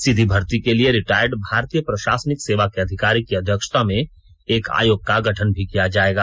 सीधी भर्ती के लिए रिटायर्ड भारतीय प्रशासनिक सेवा के अधिकारी की अध्यक्षता में एक आयोग का गठन भी किया जायेगा